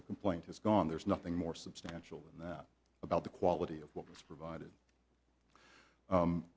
the complaint is gone there's nothing more substantial that about the quality of what was provided